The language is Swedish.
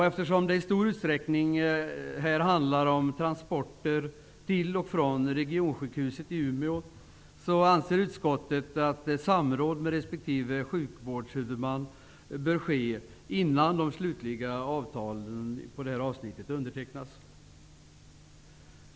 Eftersom det i stor utsträckning handlar om transporter till och från regionsjukhuset i Umeå anser utskottet att samråd med respektive sjukvårdshuvudman bör ske innan de slutliga avtalen undertecknas.